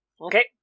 Okay